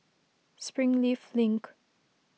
Springleaf Link